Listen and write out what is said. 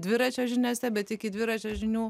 dviračio žiniose bet iki dviračio žinių